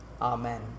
amen